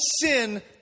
sin